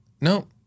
No